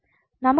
നമുക്ക് പറയാം